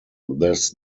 this